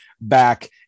back